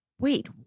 Wait